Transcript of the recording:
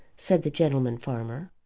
said the gentleman-farmer.